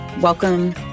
Welcome